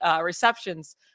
receptions